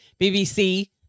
BBC